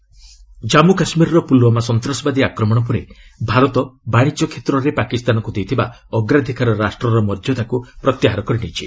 କେଟ୍ଲି CCS Jammu କାଶ୍ମୀରର ପୁଲୱାମା ସନ୍ତାସବାଦୀ ଆକ୍ରମଣ ପରେ ଭାରତ ବାଣିଜ୍ୟ କ୍ଷେତ୍ରରେ ପାକିସ୍ତାନକୁ ଦେଇଥିବା ଅଗ୍ରାଧିକାର ରାଷ୍ଟ୍ରର ମର୍ଯ୍ୟାଦାକୁ ପ୍ରତ୍ୟାହାର କରିନେଇଛି